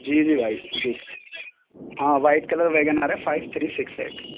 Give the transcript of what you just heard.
جی جی بھائی جی ہاں وائٹ کلر ویگن آر ہے فائیو تھری سکس ایٹ